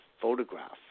photograph